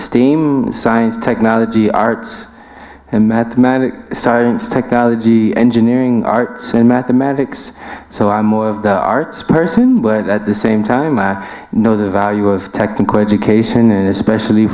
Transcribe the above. steam science technology arts and mathematics science technology engineering arts and mathematics so i'm more of the arts person but at the same time i know the value of technical education and especially